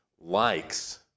likes